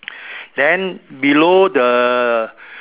then below the